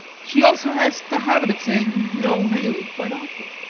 she also has the habit of saying no, really quite often.